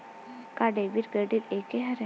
का debit credit एके हरय?